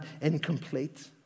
incomplete